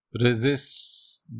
resists